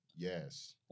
Yes